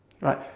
right